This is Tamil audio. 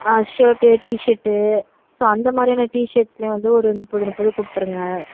ஷேர்ட்டு டீ ஷர்ட்டு ஸோ அந்தமாதிரியான டீ ஷர்ட்ஸ்லையும் வந்து ஒரு முப்பது முப்பது கொடுத்துருங்க